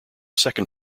second